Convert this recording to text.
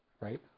right